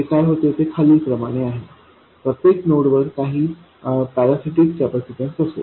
जे काय होते ते खालीलप्रमाणे आहे प्रत्येक नोडवर काही पॅरासिटिक कॅपेसिटन्स असेल